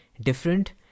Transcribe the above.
different